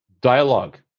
Dialogue